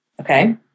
Okay